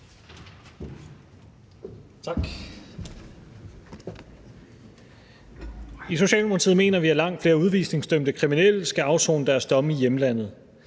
I Socialdemokratiet mener vi, at langt flere udvisningsdømte kriminelle skal afsone deres domme i hjemlandet.